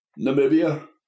Namibia